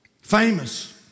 Famous